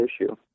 issue